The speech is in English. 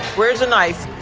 where's the knife?